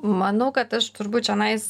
manau kad aš turbūt čionais